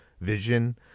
Vision